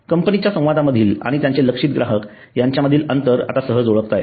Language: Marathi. कंपनीच्या संवादमधील आणि त्यांचे लक्ष्यित ग्राहक यांमधील अंतर आता सहज ओळखता येते